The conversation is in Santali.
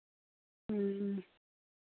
ᱦᱮᱸ